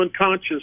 unconscious